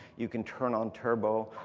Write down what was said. you can turn on turbo.